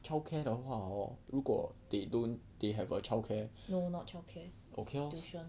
no not childcare tuition